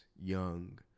young